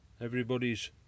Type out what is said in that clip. Everybody's